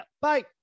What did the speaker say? Bye